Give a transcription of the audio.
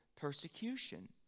persecution